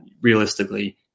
realistically